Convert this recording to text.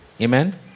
Amen